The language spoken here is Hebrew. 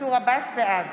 בעד